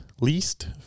least